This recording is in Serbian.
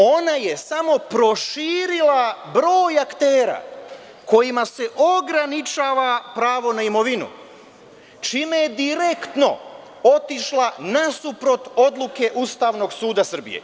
Ona je samo proširila broj aktera kojima se ograničava pravo na imovinu, čime je direktno otišla nasuprot odluke Ustavnog suda Srbije.